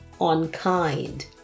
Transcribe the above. unkind